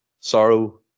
Sorrow